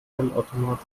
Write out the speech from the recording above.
geldautomat